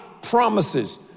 promises